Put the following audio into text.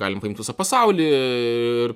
galim paimt visą pasaulį ir